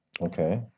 Okay